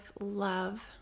love